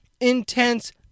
intense